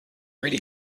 really